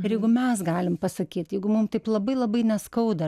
ir jeigu mes galim pasakyt jeigu mum taip labai labai neskauda